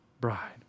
bride